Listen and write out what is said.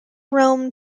realm